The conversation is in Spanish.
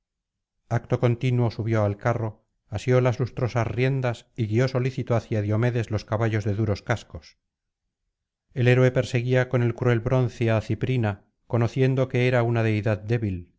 acto continuo subió al carro asió las lustrosas riendas y guió solícito hacia diomedes los caballos de duros cascos el héroe perseguía con el cruel bronce á ciprina conociendo que era una deidad débil